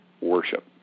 worship